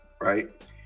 right